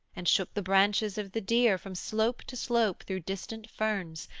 and shook the branches of the deer from slope to slope through distant ferns,